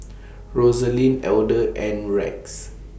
Rosalind Elder and Rex